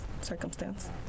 circumstance